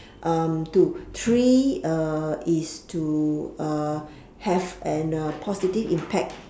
um two three uh is to uh have an uh positive impact